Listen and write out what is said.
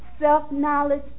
Self-knowledge